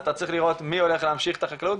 אז אתה צריך לראות מי הולך להמשיך את החקלאות,